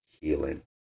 healing